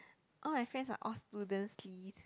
all my friends are all students please